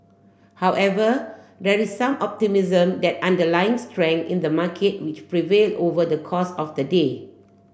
however there is some optimism that underlying strength in the market which prevail over the course of the day